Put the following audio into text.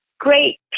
Great